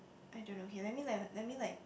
I don't know okay let me then let me like